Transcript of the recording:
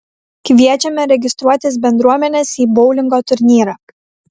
kviečiame registruotis bendruomenes į boulingo turnyrą